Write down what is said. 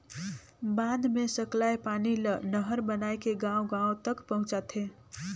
बांध मे सकलाए पानी ल नहर बनाए के गांव गांव तक पहुंचाथें